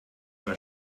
war